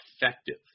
effective